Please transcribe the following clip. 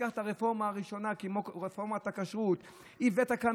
ניקח את הרפורמה הראשונה כמו רפורמת הכשרות: הבאת לכאן